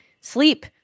sleep